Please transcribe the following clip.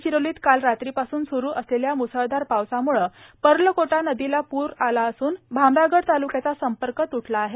गडचिरोलीत काल रात्रीपासूनस्रु असलेल्या म्सळधार पावसाम्ळे पर्लकोटा नदीला पूर आला असूनए भामरागड ताल्क्याचा संपर्क त्टला आहे